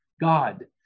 God